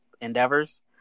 endeavors